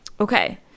okay